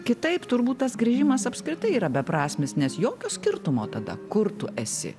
kitaip turbūt tas grįžimas apskritai yra beprasmis nes jokio skirtumo tada kur tu esi